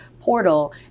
portal